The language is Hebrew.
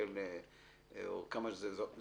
שקל זה חצי משכנתה.